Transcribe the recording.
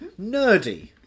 Nerdy